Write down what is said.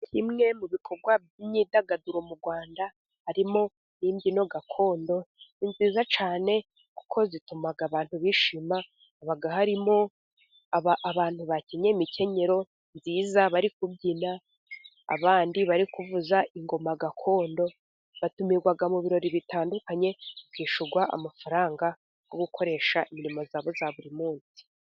Bimwe mu bikorwa by'imyidagaduro mu Rwanda, harimo imbyino gakondo ni nziza cyane kuko zituma abantu bishima, haba harimo abantu bakenyeye imikenyero myiza bari kubyina, abandi bari kuvuza ingoma gakondo batumirwa mu birori bitandukanye, bakishyurwa amafaranga, yo gukoresha imirimo yabo ya buri munsi.